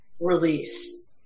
release